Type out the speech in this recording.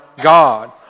God